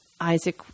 Isaac